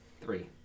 Three